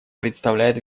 представляет